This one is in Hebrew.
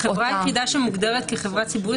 החברה היחידה שמוגדרת כחברה ציבורית